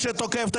הוא ביורו-טריפ.